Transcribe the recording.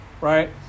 Right